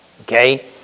Okay